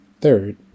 Third